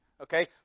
okay